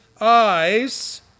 eyes